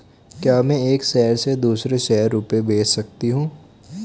क्या मैं एक शहर से दूसरे शहर रुपये भेज सकती हूँ?